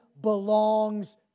belongs